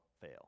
fail